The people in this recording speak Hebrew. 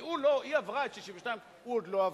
כי היא עברה את 62 והוא עוד לא עבר.